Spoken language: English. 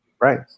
Right